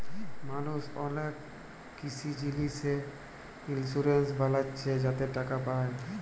মালুস অলেক কিসি জিলিসে ইলসুরেলস বালাচ্ছে যাতে টাকা পায়